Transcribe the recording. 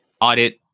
audit